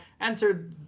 Enter